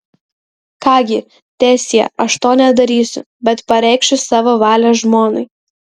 ką gi teesie aš to nedarysiu bet pareikšiu savo valią žmonai